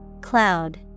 Cloud